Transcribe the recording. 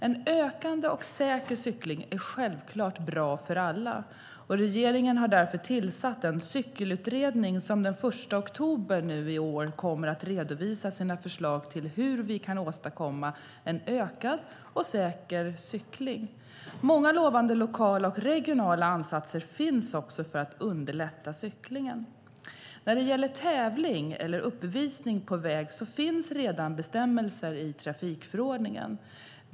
En ökande och säker cykling är självklart bra för alla. Regeringen har därför tillsatt en cykelutredning, som den 1 oktober i år kommer att redovisa sina förslag till hur vi kan åstadkomma en ökad och säker cykling. Många lovande lokala och regionala ansatser finns också för att underlätta cyklingen. När det gäller tävling eller uppvisning på väg finns redan bestämmelser i trafikförordningen.